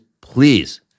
please